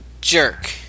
jerk